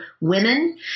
women